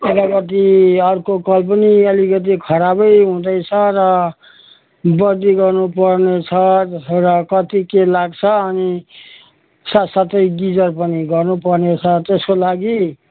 उतापट्टि अर्को कल पनि अलिकति खराबै हुँदैछ र बदली गर्नुपर्ने छ र कति के लाग्छ अनि साथसाथै गिजर पनि गर्नुपर्ने छ त्यसको लागि